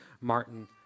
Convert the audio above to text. Martin